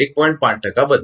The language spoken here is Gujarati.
5 ટકા બદલાય છે